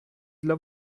для